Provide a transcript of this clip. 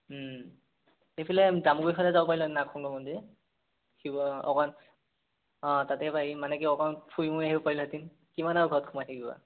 এইফালে জামুগুৰিৰ ফালে যাব পাৰিলোহেঁতেন নাগশংকৰ মন্দিৰ শিৱ অকণমান অঁ তাতে পাৰিম মানে কি অকণমান ফুৰি মুৰি আহিব পাৰিলোহেঁতেন কিমান আৰু ঘৰত সোমাই থাকিবা